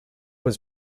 was